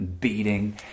beating